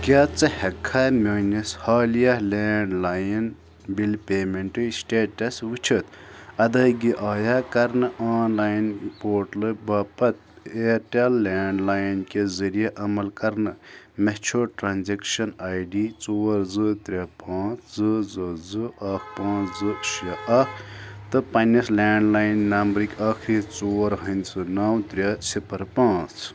کیٛاہ ژٕ ہٮ۪ککھا میٛٲنِس حالیہ لینٛڈ لایِن بِل پیمٮ۪نٛٹٕچ سِٹیٹَس وٕچھِتھ اَدٲیگی آیا کَرنہٕ آن لایِن پورٹَل باپتھ اِیَرٹٮ۪ل لینٛڈ لایِن کہِ ذریعہ عمل کرنہٕ مےٚ چھُ ٹرٛانزٮ۪کشَن آی ڈی ژور زٕ ترٛےٚ پانٛژھ زٕ زٕ زٕ اَکھ پانٛژھ زٕ شےٚ اَکھ تہٕ پَنٛنِس لینٛڈ لایِن نمبرٕکۍ ٲخری ژور ہِنٛدسہٕ نَو ترٛےٚ صِفَر پانٛژھ